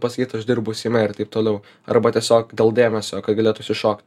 pasakyt aš dirbu seime ir taip toliau arba tiesiog dėl dėmesio kad galėtų išsišok